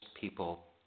people